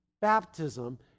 baptism